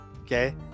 Okay